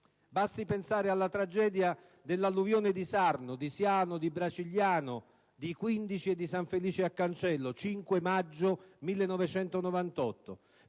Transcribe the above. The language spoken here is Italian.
Basti pensare alla tragedia dell'alluvione di Sarno, di Siano, di Bracigliano, di Quindici e di San Felice a Cancello, il 5 maggio 1998